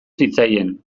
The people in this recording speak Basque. zitzaien